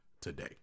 today